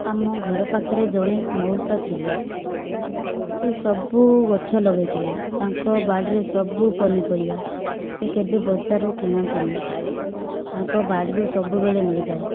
ଆମ ଘରପାଖରେ ଜଣେ ମଉସା ଥିଲେ ସିଏ ସବୁ ଗଛ ଲଗାଇଥିଲେ ତାଙ୍କ ବାଡ଼ିରେ ସବୁ ପନିପରିବା ସେ କେବେ ବଜାରରୁ କିଣନ୍ତିନି ତାଙ୍କ ବାଡ଼ିରୁ ସବୁବେଳେ ମିଳିଯାଏ